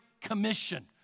commission